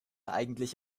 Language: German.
eigentlich